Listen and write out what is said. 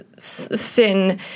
thin